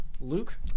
Luke